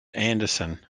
anderson